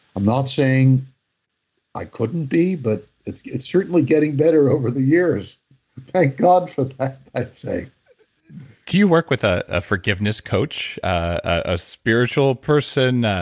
i'm not saying i couldn't be. but it's it's certainly getting better over the years. thank god for that i'd say do you work with ah a forgiveness coach? a spiritual person, and